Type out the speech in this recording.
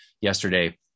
yesterday